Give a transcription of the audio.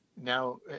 now